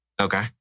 Okay